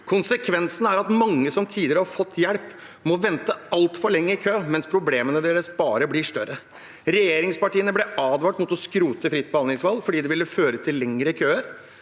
Konsekvensen er at mange som tidligere har fått hjelp, må vente altfor lenge i kø, mens problemene deres bare blir større. Regjeringspartiene ble advart mot å skrote fritt behandlingsvalg fordi det ville føre til lengre køer.